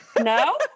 No